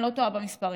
אני לא טועה במספרים?